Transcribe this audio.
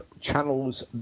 channels